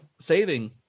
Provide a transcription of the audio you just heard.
saving